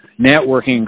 networking